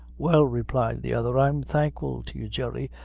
well, replied the other, i'm thankful to you, jerry,